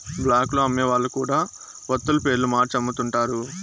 black లో అమ్మే వాళ్ళు కూడా వత్తుల పేర్లు మార్చి అమ్ముతుంటారు